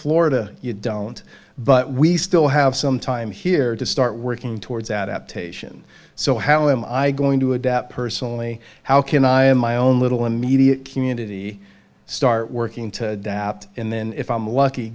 florida you don't but we still have some time here to start working towards adaptation so how am i going to adapt personally how can i am my own little immediate community start working to opt in then if i'm lucky